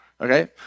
Okay